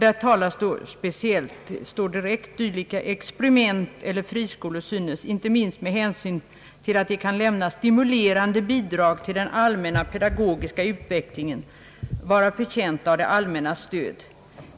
Där talas direkt om att experimenteller friskolor synes — inte minst med hänsyn till att de kan lämna stimulerande bidrag till den allmänna pedagogiska utvecklingen — vara förtjänta av det allmännas stöd.